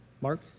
Mark